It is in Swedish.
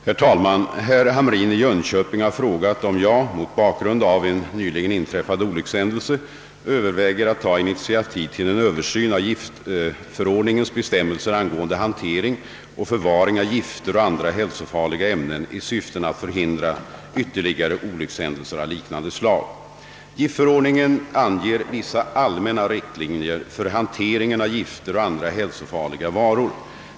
Herr talman! Herr Hamrin i Jönköping har frågat om jag — mot bakgrund av en nyligen inträffad olyckshändelse — överväger att ta initiativ till en översyn av giftförordningens bestämmelser angående hantering och förvaring av gifter och andra hälsofarliga ämnen i syfte att förhindra ytterligare olyckshändelser av liknande slag. Giftförordningen anger vissa allmänna regler för hanteringen av gifter och andra hälsofarliga varor.